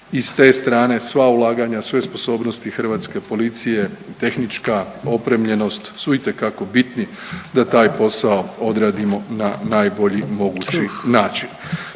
i s te strane sva ulaganja i sve sposobnosti hrvatske policije i tehnička opremljenost su itekako bitni da taj posao odradimo na najbolji mogući način.